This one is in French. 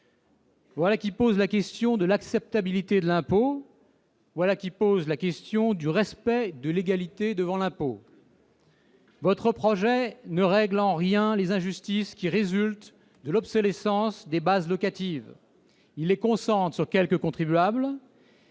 ...Voilà qui pose la question de l'acceptation de l'impôt, du respect de l'égalité devant l'impôt. Votre projet ne règle en rien les injustices qui résultent de l'obsolescence des bases locatives ; il les concentre sur quelques contribuables.